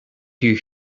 two